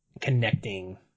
connecting